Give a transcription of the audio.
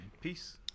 peace